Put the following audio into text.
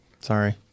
Sorry